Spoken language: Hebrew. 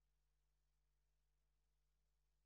היו"ר יריב לוין: 7 מסמכים שהונחו על